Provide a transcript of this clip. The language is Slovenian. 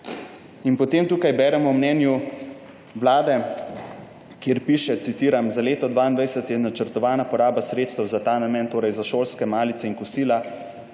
In potem tukaj berem v mnenju Vlade, kjer piše, citiram: »Za leto 2022 je načrtovana poraba sredstev za ta namen, torej za šolske malice in kosila,